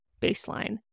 baseline